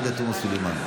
זה לא עניין שלהם.